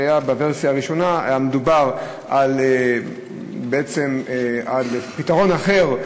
בוורסיה הראשונה היה מדובר בעצם על פתרון אחר,